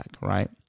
right